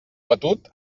batut